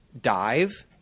dive